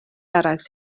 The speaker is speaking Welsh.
eraill